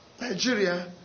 Nigeria